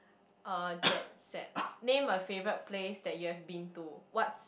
uh jet set name a favourite place that you have been to what's